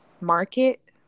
market